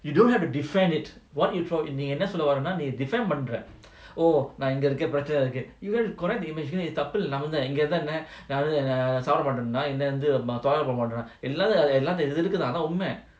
you don't have to defend it [what] you throw நீஎன்னசொல்லவறேனா:nee enna solla varena defend பண்ற:panra oh like you are going to get prata you got to correct the image you know எல்லாம்இருக்கத்தான்ஆனாஉண்மை:ellam irukkathan aana unma